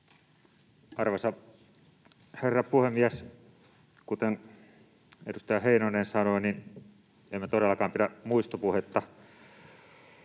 Arvoisa herra puhemies! Kuten edustaja Heinonen sanoi, niin emme todellakaan pidä muistopuhetta